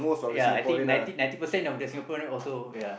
ya I think ninety ninety percent of the Singaporean also ya